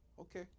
Okay